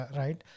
right